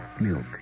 milk